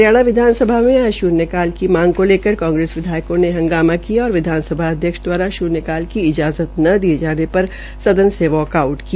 हरियाणा विधानसभा में आज शुन्यकाल की मांग को लेकर कांग्रेस विधायकों ने हगांमा किया और विधानसभा अध्यक्ष दवारा शन्यकाल की इजाज़त न दिये जाने पर सदन से वाकआउट किया